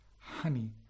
honey